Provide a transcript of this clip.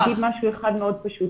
אתחיל ואומר משהו פשוט.